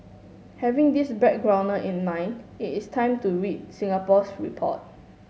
having this backgrounder in mind it is time to read Singapore's report